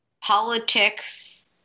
politics